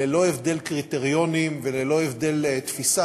ללא הבדל קריטריונים וללא הבדל תפיסה,